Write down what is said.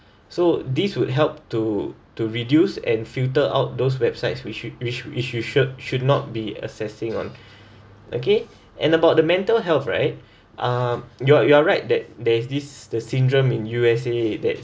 so this would help to to reduce and filter out those websites which which which you should should not be assessing on okay and about the mental health right uh you're you're right that there is this the syndrome in U_S_A that